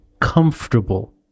comfortable